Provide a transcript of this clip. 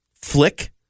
flick